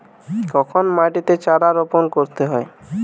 কখন মাটিতে চারা রোপণ করতে হয়?